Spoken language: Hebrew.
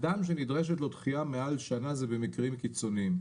אדם שנדרשת לו דחייה מעל שנה, זה במקרים קיצוניים.